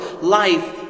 life